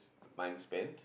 mine spent